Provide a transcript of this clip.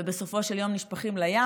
ובסופו של יום נשפכים לים.